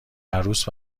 عروس